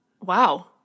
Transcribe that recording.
Wow